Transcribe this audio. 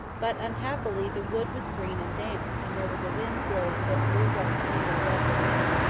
but, unhappily, the wood was green and damp, and there was a wind blowing that blew what flame there was, away.